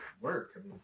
work